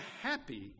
happy